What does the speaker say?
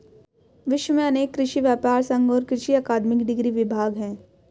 विश्व में अनेक कृषि व्यापर संघ और कृषि अकादमिक डिग्री विभाग है